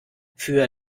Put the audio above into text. für